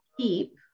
keep